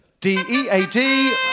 D-E-A-D